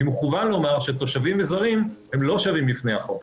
במכוון לומר שתושבים וזרים לא שווים בפני החוק.